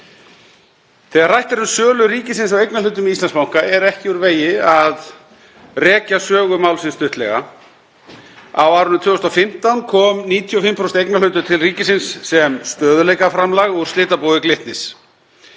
Þegar rætt er um sölu ríkisins á eignarhlutum í Íslandsbanka er ekki úr vegi að rekja sögu málsins stuttlega. Á árinu 2015 kom 95% eignarhlutur til ríkisins sem stöðugleikaframlag úr slitabúi Glitnis.